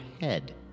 head